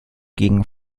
gegen